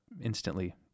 instantly